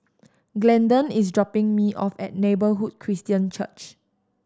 Glendon is dropping me off at Neighbourhood Christian Church